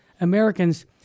americans